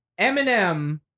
Eminem